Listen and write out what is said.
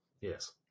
yes